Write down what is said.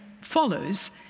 follows